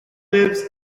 lives